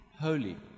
holy